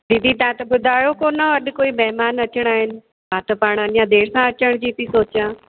दीदी तव्हां त ॿुधायो कोन्ह अॼु कोई महिमान अचिणा आहिनि मां त पाण अञा देरि सां अचनि जी थी सोचियां